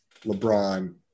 LeBron